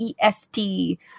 EST